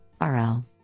RL